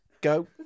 go